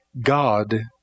God